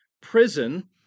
prison